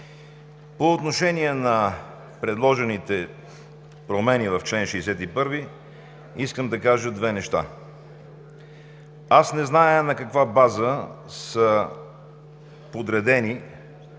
По отношение на предложените промени в чл. 61 искам да кажа две неща. Не зная в ал. 1 на каква база са подредени